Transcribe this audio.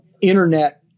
internet